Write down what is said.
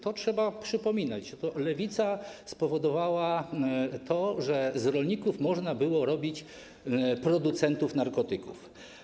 To trzeba przypominać: lewica spowodowała to, że z rolników można było robić producentów narkotyków.